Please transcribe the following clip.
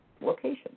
location